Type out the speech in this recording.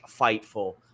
fightful